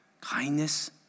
kindness